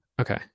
okay